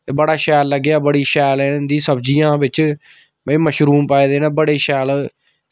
ते बड़ा शैल लग्गेआ बड़ी शैल इं'दी सब्ज़ियां बिच्च मशरूम पाए दे न बड़े शैल